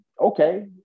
Okay